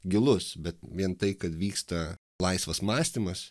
gilus bet vien tai kad vyksta laisvas mąstymas